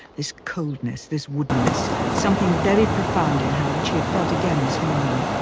this coldness, this woodenness, something very profound in her which she had felt again this morning.